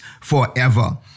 forever